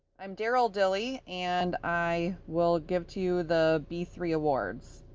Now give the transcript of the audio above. i'm darrell dilley, and i will give to you the b three awards.